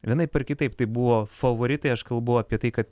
vienaip ar kitaip tai buvo favoritai aš kalbu apie tai kad